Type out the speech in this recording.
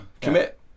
commit